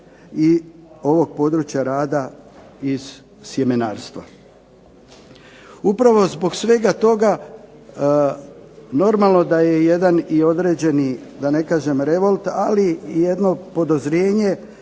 i ovog područja rada iz sjemenarstva. Upravo zbog svega toga normalno da je jedan određeni revolt ali i jedno podozrjenje